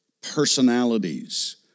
personalities